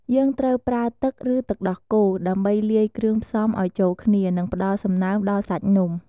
យើងត្រូវប្រើទឹក ឬ ទឹកដោះគោ ដើម្បីលាយគ្រឿងផ្សំឱ្យចូលគ្នា និងផ្តល់សំណើមដល់សាច់នំ។